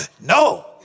No